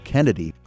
Kennedy